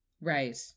Right